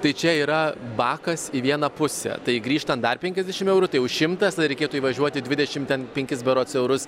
tai čia yra bakas į vieną pusę tai grįžtant dar penkiasdešim eurų tai jau šimtas tada reikėtų įvažiuoti dvidešim ten penkis berods eurus